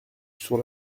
sur